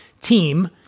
team